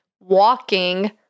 walking